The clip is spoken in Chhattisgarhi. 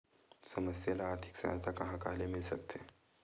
समस्या ल आर्थिक सहायता कहां कहा ले मिल सकथे?